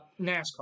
NASCAR